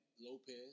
Lopez